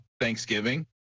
Thanksgiving